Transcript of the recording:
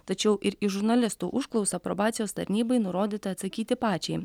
tačiau ir į žurnalistų užklausą probacijos tarnybai nurodyta atsakyti pačiai